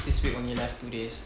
this week only left two days